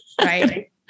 right